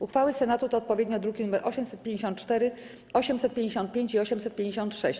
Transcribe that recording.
Uchwały Senatu to odpowiednio druki nr 854, 855 i 856.